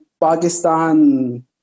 Pakistan